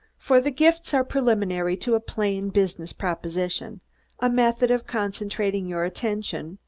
for the gifts are preliminary to a plain business proposition a method of concentrating your attention,